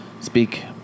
speak